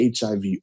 HIV